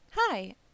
Hi